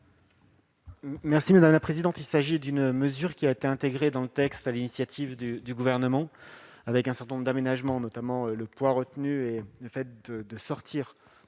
l'avis du Gouvernement ? Il s'agit d'une mesure qui a été intégrée dans le texte sur l'initiative du Gouvernement, avec un certain nombre d'aménagements, notamment le poids retenu et le fait d'exclure